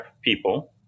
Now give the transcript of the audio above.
people